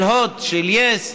של הוט, של יס,